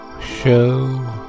show